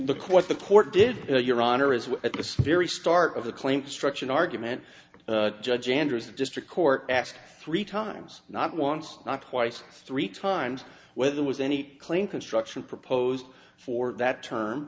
what the court did your honor is at the very start of the claim destruction argument judge andrews district court asked three times not once not twice three times whether there was any claim construction proposed for that term